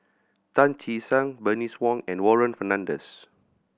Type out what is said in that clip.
Tan Che Sang Bernice Wong and Warren Fernandez